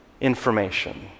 information